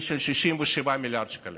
ואמרנו ושוב אמרנו שבתוך 543 מיליון השקלים